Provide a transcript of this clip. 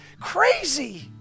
crazy